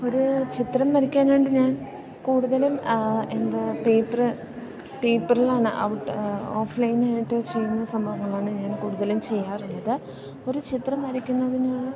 ഒരു ചിത്രം വരയ്ക്കാനായിട്ട് ഞാൻ കൂടുതലും എന്താ പേപ്പറ് പേപ്പറിലാണ് ഔട്ട് ഓഫ്ലൈൻ ആയിട്ട് ചെയ്യുന്ന സംഭവങ്ങളാണ് ഞാൻ കൂടുതലും ചെയ്യാറുള്ളത് ഒരു ചിത്രം വരക്കുന്നതിനാണ്